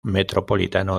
metropolitano